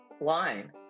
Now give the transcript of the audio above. line